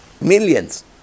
Millions